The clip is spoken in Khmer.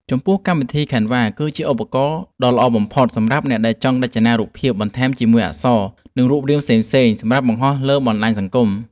ចំពោះ កម្មវិធី ខេនវ៉ា គឺជាឧបករណ៍ដ៏ល្អបំផុតសម្រាប់អ្នកដែលចង់រចនារូបភាពបន្ថែមជាមួយអក្សរ និងរូបរាងផ្សេងៗសម្រាប់បង្ហោះលើបណ្ដាញសង្គម។